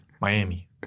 Miami